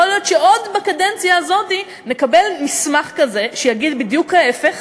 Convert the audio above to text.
יכול להיות שעוד בקדנציה הזאת נקבל מסמך כזה שיגיד בדיוק ההפך,